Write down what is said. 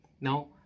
Now